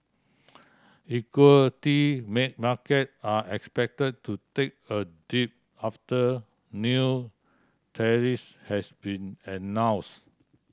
equity make market are expect to take a dive after new has been announce